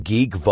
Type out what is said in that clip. Geek